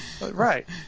right